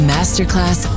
Masterclass